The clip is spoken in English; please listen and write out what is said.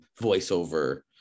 voiceover